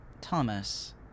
Thomas